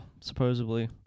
supposedly